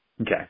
Okay